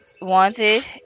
wanted